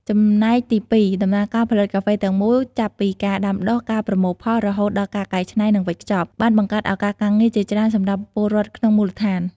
ចំណែកទីពីរ ដំណើរការផលិតកាហ្វេទាំងមូល ចាប់ពីការដាំដុះ ការប្រមូលផល រហូតដល់ការកែច្នៃ និងវេចខ្ចប់ បាន បង្កើតឱកាសការងារ ជាច្រើនសម្រាប់ពលរដ្ឋក្នុងមូលដ្ឋាន។